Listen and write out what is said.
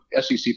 SEC